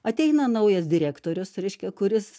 ateina naujas direktorius reiškia kuris